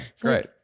great